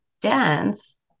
dance